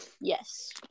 Yes